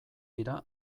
dira